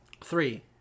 Three